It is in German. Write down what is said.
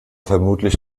vermutlich